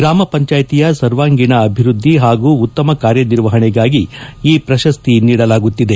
ಗ್ರಾಮ ಪಂಚಾಯಿತಿಯ ಸರ್ವಾಂಗೀಣ ಅಭಿವೃದ್ದಿ ಹಾಗೂ ಉತ್ತಮ ಕಾರ್ಯ ನಿರ್ವಹಣೆಗಾಗಿ ಈ ಪ್ರಶಸ್ತಿ ನೀಡಲಾಗುತ್ತಿದೆ